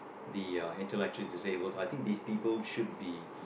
the uh intellectually disabled I think these people should be